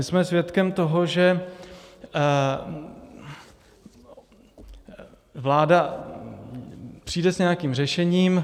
Jsme svědkem toho, že vláda přijde s nějakým řešením.